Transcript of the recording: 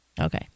Okay